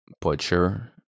butcher